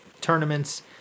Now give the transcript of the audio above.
tournaments